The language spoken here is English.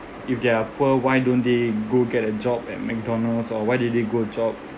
if they're poor why don't they go get a job at McDonald's or why did they go job